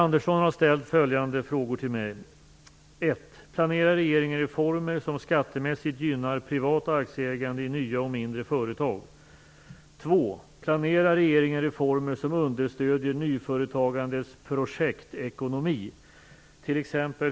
Fru talman! Widar Andersson har ställt följande frågor till mig.